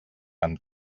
amb